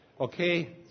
Okay